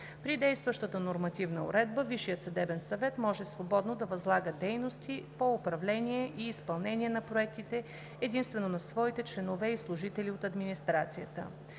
При действащата нормативна уредба Висшият съдебен съвет може свободно да възлага дейности по управление и изпълнение на проектите единствено на своите членове и служители от администрацията.